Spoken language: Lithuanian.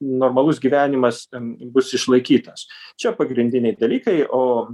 normalus gyvenimas ten bus išlaikytas čia pagrindiniai dalykai o